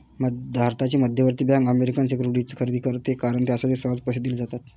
भारताची मध्यवर्ती bank American securities खरेदी करते कारण त्यासाठी सहज पैसे दिले जातात